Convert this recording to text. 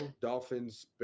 Dolphins